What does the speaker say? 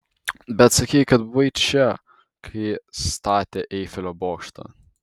bet sakei kad buvai čia kai statė eifelio bokštą